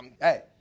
hey